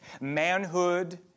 manhood